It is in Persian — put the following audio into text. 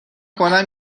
کنم